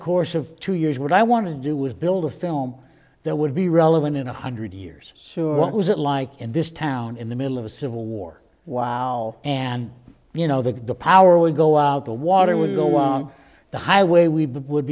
course of two years what i want to do was build a film there would be relevant in one hundred years what was it like in this town in the middle of a civil war wow and you know that the power would go out the water would go on the highway we would